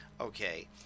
Okay